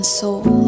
soul